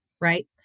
right